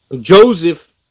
Joseph